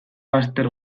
bazter